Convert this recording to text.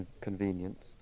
convenience